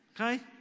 Okay